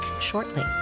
shortly